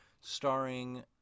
starring